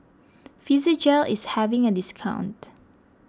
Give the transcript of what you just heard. Physiogel is having a discount